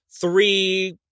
three